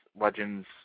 Legends